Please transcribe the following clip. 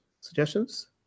suggestions